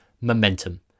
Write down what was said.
momentum